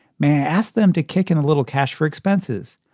may i ask them to kick in a little cash for expenses?